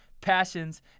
passions